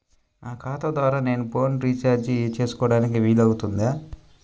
నా ఖాతా ద్వారా నేను ఫోన్ రీఛార్జ్ చేసుకోవడానికి వీలు అవుతుందా?